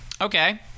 Okay